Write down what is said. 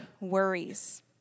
worries